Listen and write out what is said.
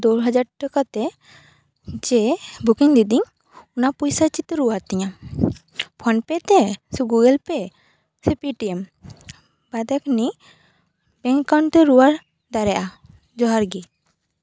ᱫᱩ ᱦᱟᱡᱟᱨ ᱴᱟᱠᱟ ᱛᱮ ᱡᱮ ᱵᱩᱠᱩᱝ ᱞᱤᱫᱟᱹᱧ ᱚᱱᱟ ᱯᱚᱭᱥᱟ ᱪᱮᱫᱛᱮᱢ ᱨᱩᱭᱟᱹᱲ ᱛᱤᱧᱟᱹᱢ ᱯᱷᱳᱱ ᱯᱮ ᱛᱮ ᱥᱮ ᱜᱩᱜᱩᱞᱯᱮ ᱥᱮ ᱯᱤᱴᱤᱮᱢ ᱵᱟᱫᱟᱠ ᱱᱤ ᱵᱮᱝᱠ ᱮᱠᱟᱣᱩᱱᱴ ᱨᱩᱭᱟᱹᱲ ᱫᱟᱲᱮᱜᱼᱟ ᱡᱚᱦᱟᱨ ᱜᱮ